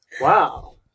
Wow